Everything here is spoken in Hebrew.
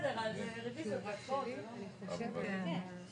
אי אפשר להגיד שלא קרה שום דבר אבל להגיד היום